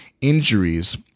injuries